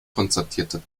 konstatierte